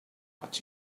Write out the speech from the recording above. what